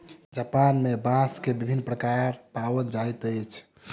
Japan में बांस के विभिन्न प्रकार पाओल जाइत अछि